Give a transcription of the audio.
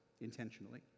intentionally